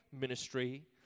ministry